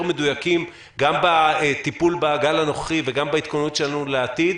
מדויקים גם בטיפול בגל הנוכחי וגם בהכנה לעתיד,